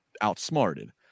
outsmarted